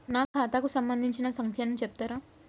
నా ఖాతా కు సంబంధించిన సంఖ్య ను చెప్తరా?